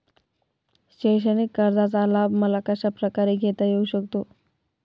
शैक्षणिक कर्जाचा लाभ मला कशाप्रकारे घेता येऊ शकतो?